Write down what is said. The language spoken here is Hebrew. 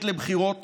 לבחירות